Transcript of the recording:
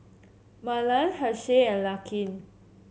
Marlen Hershel and Larkin